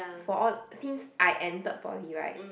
for all since I entered Poly right